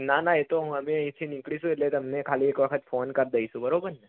ના ના એ તો અમે અહીંથી નીકળીશું એટલે તમને ખાલી એક વખત ફોન કરી દઈશું બરોબરને